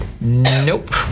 Nope